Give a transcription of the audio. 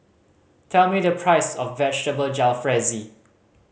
tell me the price of Vegetable Jalfrezi